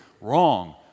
Wrong